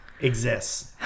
exists